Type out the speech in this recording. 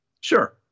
Sure